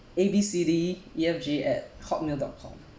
A B C D E F G at hotmail dot com